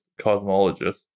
cosmologist